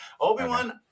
Obi-Wan